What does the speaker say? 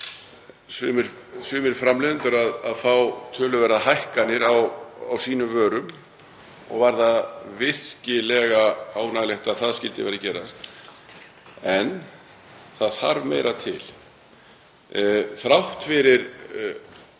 sumir framleiðendur að fá töluverðar hækkanir á sínum vörum og er virkilega ánægjulegt að það skuli vera að gerast. En það þarf meira til. Þrátt fyrir